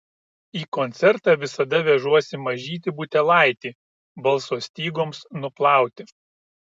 į koncertą visada vežuosi mažytį butelaitį balso stygoms nuplauti